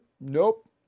Nope